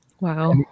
Wow